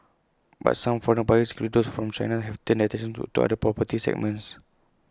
but some foreign buyers including those from China have turned their attention to other property segments